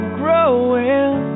growing